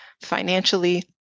financially